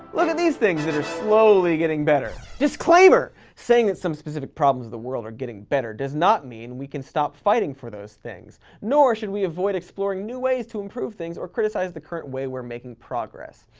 look at these things that are slowly getting better. disclaimer! saying that some specific problems of the world are getting better does not mean we can stop fighting for those things. nor should we avoid exploring new ways to improve things or criticize the current way we're making progress.